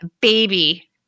Baby